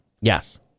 Yes